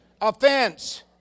offense